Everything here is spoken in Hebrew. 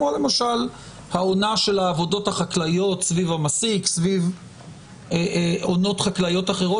כמו למשל העונה של העבודות החקלאיות סביב המסיק ועונות אחרות,